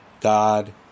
god